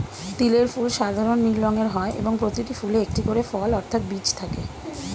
তিলের ফুল সাধারণ নীল রঙের হয় এবং প্রতিটি ফুলে একটি করে ফল অর্থাৎ বীজ থাকে